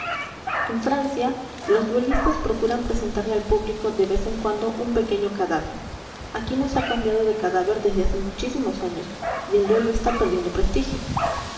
en francia los duelistas procuran presentarle al público de vez en cuando un pequeño cadáver aquí no se ha cambiado de cadáver desde hace muchísimos años y el duelo está perdiendo prestigio